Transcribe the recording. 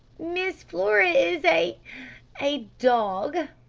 miss flora is a a dog,